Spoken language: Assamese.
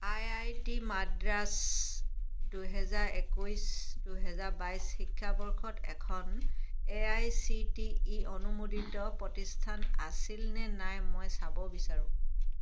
আই আই টি মাদ্ৰাজ দুহেজাৰ একৈছ দুহেজাৰ বাইছ শিক্ষাবৰ্ষত এখন এআইচিটিই অনুমোদিত প্ৰতিষ্ঠান আছিলনে নাই মই চাব বিচাৰোঁ